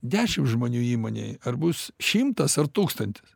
dešimt žmonių įmonėje ar bus šimtas ar tūkstantis